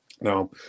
Now